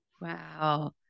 Wow